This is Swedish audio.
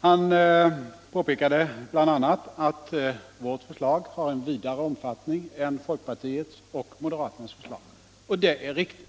Han påpekade bl.a. att vårt förslag har en vidare omfattning än folkpartiets och moderaternas förslag. Det är riktigt.